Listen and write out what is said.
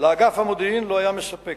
לאגף המודיעין לא היה מספק.